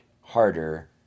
harder